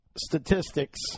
statistics